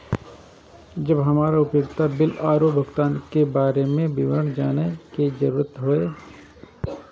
जब हमरा उपयोगिता बिल आरो भुगतान के बारे में विवरण जानय के जरुरत होय?